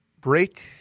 break